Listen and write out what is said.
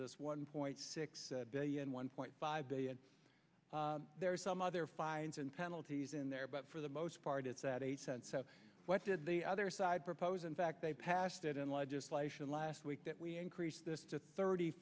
this one point six billion one point five billion there are some other fines and penalties in there but for the most part it's at eight cents so what did the other side propose in fact they passed it in legislation last week that we increase this to thirty